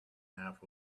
half